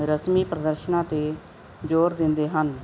ਰਸਮੀ ਪ੍ਰਦਰਸ਼ਨਾਂ 'ਤੇ ਜ਼ੋਰ ਦਿੰਦੇ ਹਨ